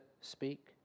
speak